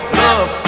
love